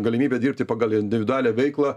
galimybę dirbti pagal individualią veiklą